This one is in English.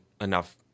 enough